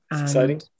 exciting